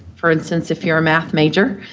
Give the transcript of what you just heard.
for instance, if you're a math major,